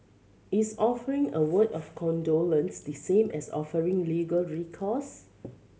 is offering a word of condolence the same as offering legal recourse